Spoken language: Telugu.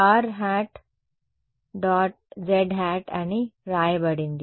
rˆ · zˆ అని వ్రాయబడింది